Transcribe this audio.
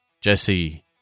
Jesse